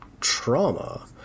trauma